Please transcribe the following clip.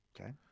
Okay